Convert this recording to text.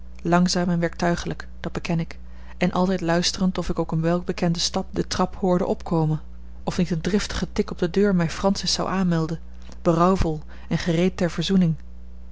langzaam en werktuigelijk dat beken ik en altijd luisterend of ik ook een welbekenden stap de trap hoorde opkomen of niet een driftige tik op de deur mij francis zou aanmelden berouwvol en gereed ter verzoening